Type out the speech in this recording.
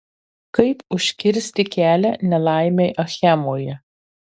kaip užkirsti kelią nelaimei achemoje